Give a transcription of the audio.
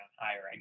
hiring